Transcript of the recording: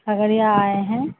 کھگڑیا آئے ہیں